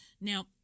Now